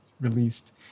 released